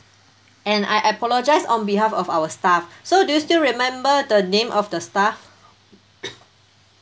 and I apologise on behalf of our staff so do you still remember the name of the staff